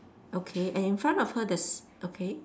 okay and in front of her there's okay